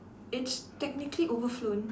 it's technically overflowing